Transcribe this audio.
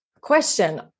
question